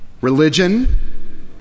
Religion